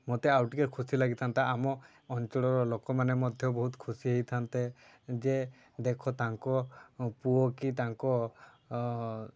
ମୋତେ ଆଉ ଟିକେ ଖୁସି ଲାଗିଥାନ୍ତା ଆମ ଅଞ୍ଚଳର ଲୋକମାନେ ମଧ୍ୟ ବହୁତ ଖୁସି ହେଇଥାନ୍ତେ ଯେ ଦେଖ ତାଙ୍କ ପୁଅ କି ତାଙ୍କ